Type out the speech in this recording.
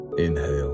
inhale